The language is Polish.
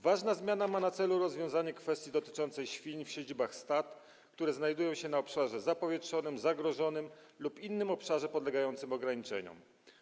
Ważna zmiana ma na celu rozwiązanie kwestii dotyczącej świń w siedzibach stad, które znajdują się na obszarze zapowietrzonym, zagrożonym lub innym obszarze podlegającym ograniczeniom.